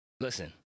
Listen